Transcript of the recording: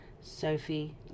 Sophie